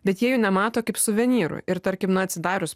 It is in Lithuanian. bet jie jų nemato kaip suvenyrų ir tarkim na atsidarius